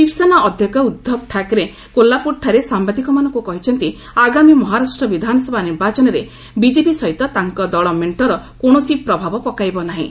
ଶିବସେନା ଅଧ୍ୟକ୍ଷ ଉଦ୍ଧବ ଠାକ୍ରେ କୋହ୍ଲାପୁରଠାରେ ସାମ୍ବାଦିକମାନଙ୍କୁ କହିଛନ୍ତି ଆଗାମୀ ମହାରାଷ୍ଟ୍ର ବିଧାନସଭା ନିର୍ବାଚନରେ ବିଜେପି ସହିତ ତାଙ୍କ ଦଳ ମେଣ୍ଟର କୌଣସି ପ୍ରଭାବ ପକାଇବ ନାହିଁ